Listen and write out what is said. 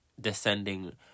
descending